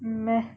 meh